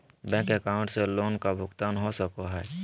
Bank account से loan का भुगतान हो सको हई?